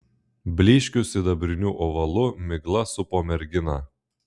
blyškiu sidabriniu ovalu migla supo merginą